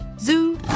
Zoo